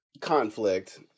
Conflict